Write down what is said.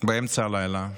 באמצע הלילה,